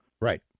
Right